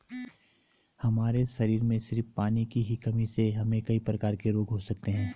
हमारे शरीर में सिर्फ पानी की ही कमी से हमे कई प्रकार के रोग हो सकते है